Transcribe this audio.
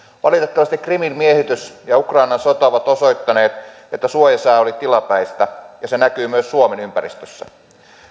valitettavasti krimin miehitys ja ukrainan sota ovat osoittaneet että suojasää oli tilapäistä ja se näkyy myös suomen ympäristössä